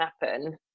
happen